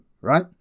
right